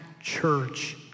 church